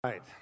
Right